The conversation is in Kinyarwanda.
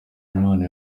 imana